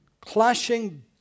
Clashing